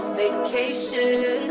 vacation